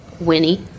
Winnie